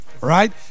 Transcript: right